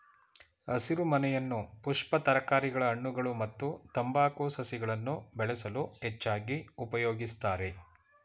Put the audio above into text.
ಹಸಿರುಮನೆಯನ್ನು ಪುಷ್ಪ ತರಕಾರಿಗಳ ಹಣ್ಣುಗಳು ಮತ್ತು ತಂಬಾಕು ಸಸಿಗಳನ್ನು ಬೆಳೆಸಲು ಹೆಚ್ಚಾಗಿ ಉಪಯೋಗಿಸ್ತರೆ